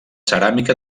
ceràmica